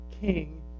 king